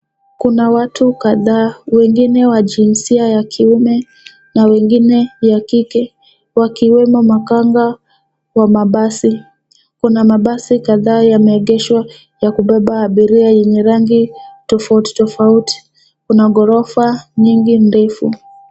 Kuna watu kadhaa, wengine wa jinsia ya kiume na wengine ya kike, wakiwemo makanga wa mabasi. Kuna mabasi kadhaa yameegeshwa ya kubeba abiria yenye rangi tofauti tofauti. Kuna ghorofa nyingi ndefu.